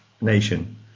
nation